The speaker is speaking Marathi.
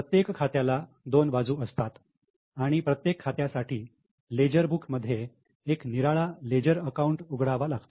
प्रत्येक खात्याला दोन बाजू असतात आणि प्रत्येक खात्यासाठी लेजर बुक मध्ये एक निराळा लेजर अकाऊंट उघडावा लागतो